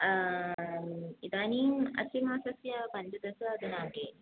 इदानीम् अस्य मासस्य पञ्चदशदिनाङ्के